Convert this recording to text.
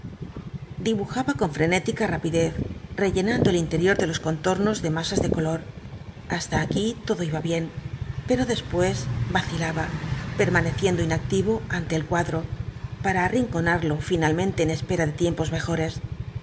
dibujaba con frenética rapidez rellenando el interior de los contornos de masas de color hasta aquí todo iba bien pero después vacilaba permaneciendo inactivo ante el cuadro para arrinconarlo finalmente en espera de tiempos mejores